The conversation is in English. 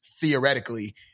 theoretically